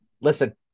listen